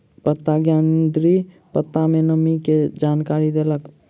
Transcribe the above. पत्ता ज्ञानेंद्री पत्ता में नमी के जानकारी देलक